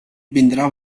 vindrà